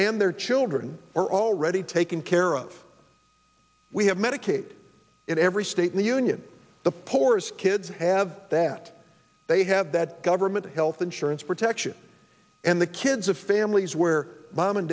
and their children are already taken care of we have medicaid in every state in the union the poorest kids have that they have that government health insurance protection and the kids of families where mom and